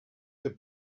the